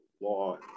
law